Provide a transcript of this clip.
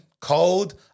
cold